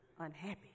unhappy